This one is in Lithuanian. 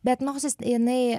bet nosis jinai